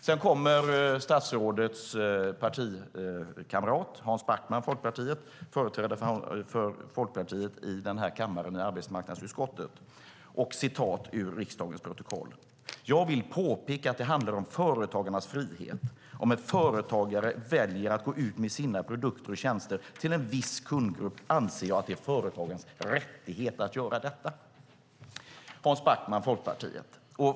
Sedan kommer statsrådets partikamrat, Hans Backman, företrädare för Folkpartiet i den här kammaren i arbetsmarknadsutskottet. Jag citerar ur riksdagens protokoll: "Jag vill påpeka att det också handlar om företagarnas frihet. Om en företagare väljer att gå ut med sina produkter och tjänster till en viss kundgrupp anser jag att det är företagens rättighet att göra det."